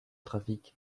trafic